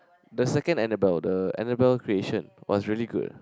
the second Annabelle the Annabelle creation was really good